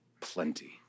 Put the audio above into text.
plenty